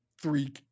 Three